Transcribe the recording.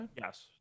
Yes